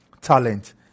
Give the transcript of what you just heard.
talent